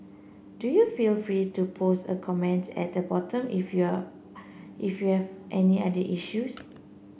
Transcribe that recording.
do you feel free to post a commence at the bottom if you are if you have any other issues